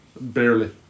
Barely